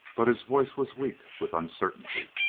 but his voice was weak with uncertainty.